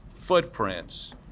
footprints